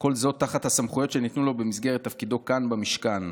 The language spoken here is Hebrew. כל זאת תחת הסמכויות שניתנו לו במסגרת תפקידו כאן במשכן.